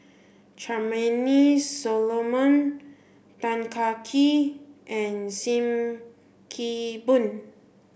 Charmaine Solomon Tan Kah Kee and Sim Kee Boon